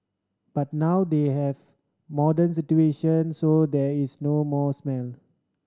but now they have modern situation so there is no more smell